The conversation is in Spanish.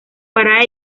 para